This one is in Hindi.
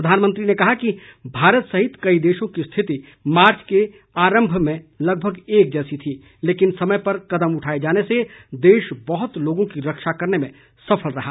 प्रधानमंत्री ने कहा कि भारत सहित कई देशों की स्थिति मार्च के प्रारम्भ में लगभग एक जैसी थी लेकिन समय पर कदम उठाये जाने से देश बहुत लोगों की रक्षा करने में सफल रहा